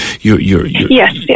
Yes